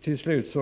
Till slut